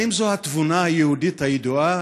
האם זו התבונה היהודית הידועה,